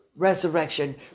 resurrection